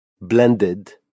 blended